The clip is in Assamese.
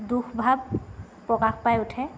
দুখ ভাৱ প্ৰকাশ পাই উঠে